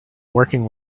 working